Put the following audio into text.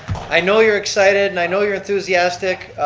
i know you're excited and i know you're enthusiastic,